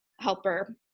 helper